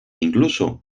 incluso